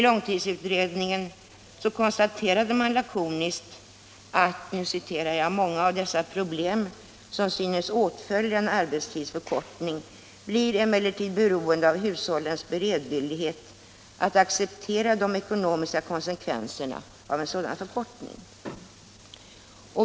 Långtidsutredningen konstaterar lakoniskt att många av dessa problem, som synes åtfölja en arbetstidsförkortning, emellertid blir beroende av hushållens beredvillighet att acceptera de ekonomiska konsekvenserna av en sådan förkortning.